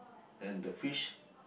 then the fish